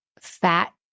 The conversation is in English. fat